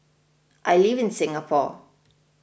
I live in Singapore